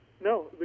No